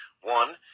One